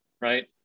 Right